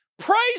Praise